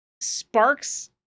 sparks